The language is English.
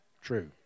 True